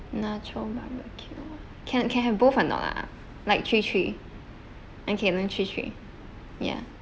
nacho barbecue can can have both or not ah like three three okay then three three ya